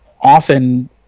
often